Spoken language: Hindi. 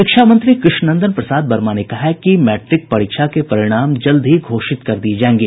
शिक्षा मंत्री कृष्णनंदन प्रसाद वर्मा ने कहा है कि मैट्रिक परीक्षा के परिणाम जल्द ही घोषित कर दिये जायेंगे